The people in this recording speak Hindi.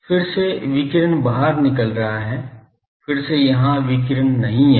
फिर से विकिरण बाहर निकल रहा है फिर से यहाँ विकिरण नहीं हैं